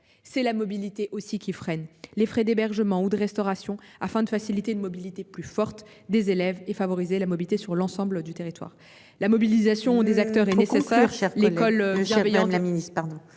c'est la mobilité aussi qui freine les frais d'hébergement ou de restauration afin de faciliter une mobilité plus forte des élèves et favoriser la mobilité sur l'ensemble du territoire. La mobilisation des acteurs et nécessaire.